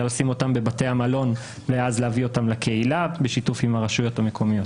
לשים אותם בבתי המלון ואז להביא אותם לקהילה בשיתוף עם הרשויות המקומיות.